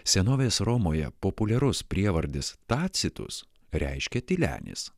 senovės romoje populiarus prievardis tacitus reiškia tylenis